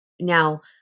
Now